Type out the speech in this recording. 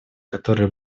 которые